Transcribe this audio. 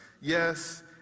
Yes